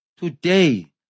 Today